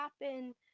happen